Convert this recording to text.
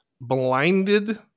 blinded